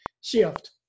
shift